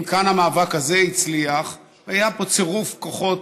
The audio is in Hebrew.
אם כאן המאבק הזה הצליח, היה פה צירוף כוחות